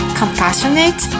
compassionate